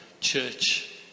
church